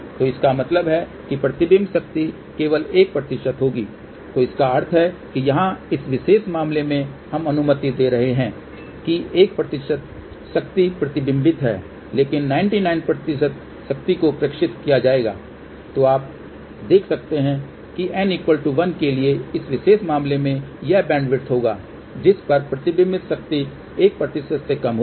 तो इसका मतलब है कि प्रतिबिंबित शक्ति केवल 1 होगी तो इसका अर्थ है कि यहाँ इस विशेष मामले में हम अनुमति दे रहे हैं कि 1 शक्ति प्रतिबिंबित है लेकिन 99 शक्ति को प्रेषित किया जाएगा तो आप देख सकते हैं कि n1 के लिए इस विशेष मामले में यह बैंडविड्थ होगा जिस पर प्रतिबिंबित शक्ति 1 प्रतिशत से कम होगी